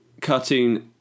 cartoon